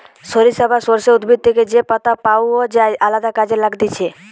সরিষা বা সর্ষে উদ্ভিদ থেকে যে পাতা পাওয় যায় আলদা কাজে লাগতিছে